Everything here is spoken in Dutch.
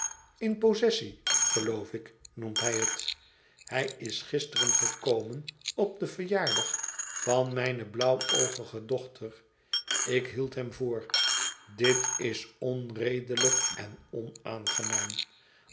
in possessie geloof ik noemt hij het hij is gisteren gekomen op den verjaardag van mijne blauwoogige dochter ik hield hem voor dit is onredelijk en onaangenaam